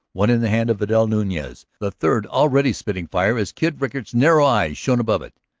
one in the hand of vidal nunez, the third already spitting fire as kid rickard's narrowed eyes shone above it.